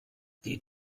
die